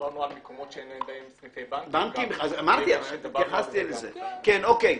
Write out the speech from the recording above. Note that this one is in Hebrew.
עבד אל חכים חאג' יחיא (הרשימה המשותפת): כשדיברנו